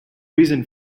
reason